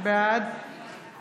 בעד